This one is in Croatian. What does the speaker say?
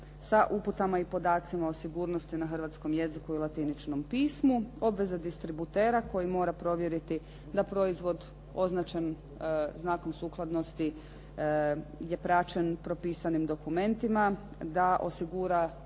sa uputama i podacima o sigurnosti na hrvatskom jeziku i latiničnom pismu, obveza distributera koji mora provjeriti da proizvod označen znakom sukladnosti je praćen propisanim dokumentima, da osigura